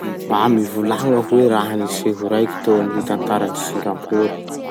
Mba mivolagna hoe raha-niseho raiky teo amy gny tantaran'i Singapour?